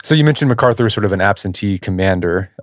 so you mentioned macarthur as sort of an absentee commander,